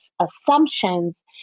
assumptions